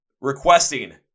requesting